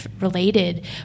related